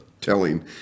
telling